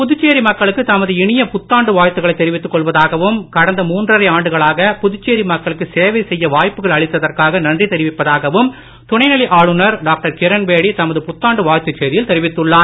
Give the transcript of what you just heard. புதுச்சேரி மக்களுக்கு தமது இனிய புத்தாண்டு வாழ்த்துக்களை தெரிவித்து கொள்வதாகவும் கடந்த மூன்றரை ஆண்டுகளாக புதுச்சேரி மக்களுக்கு சேவை செய்ய வாய்ப்புகள் அளித்ததற்காக நன்றி தெரிவிப்பதாகவும் துணை நிலை ஆளுனர் டாக்டர் கிரண்பேடி தமது புத்தாண்டு வாழ்த்து செய்தியில் தெரிவித்துள்ளார்